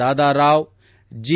Dadarao G